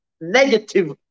negative